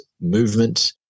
movement